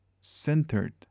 centered